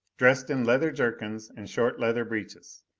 dressed in leather jerkins and short leather breeches,